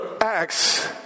Acts